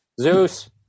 Zeus